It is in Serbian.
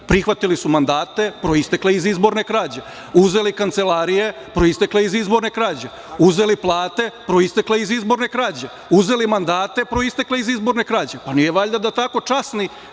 Prihvatili su mandate proistekle iz izborne krađe. Uzeli su kancelarije proistekle iz izborne krađe. Uzeli su plate proistekle iz izborne krađe. Uzeli su mandate proistekle iz izborne krađe. Pa, nije valjda da tako časni